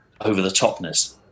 over-the-topness